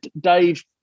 Dave